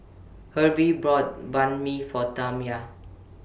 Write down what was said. Hervey brought Banh MI For Tamia